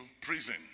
prison